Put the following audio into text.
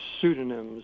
pseudonyms